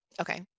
Okay